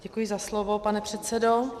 Děkuji za slovo, pane předsedo.